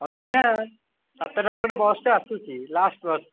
ଅଛି ନା ସାତଟାରେ ଗୋଟେ ବସ୍ଟେ ଆସୁଛି ଲାଷ୍ଟ୍ ବସ୍